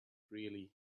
really